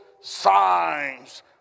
signs